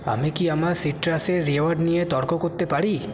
আমি কি আমার সিট্রাসের রিওয়ার্ড নিয়ে তর্ক করতে পারি